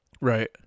right